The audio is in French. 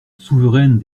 souveraine